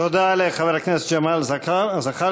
תודה לחבר הכנסת ג'מאל זחאלקה.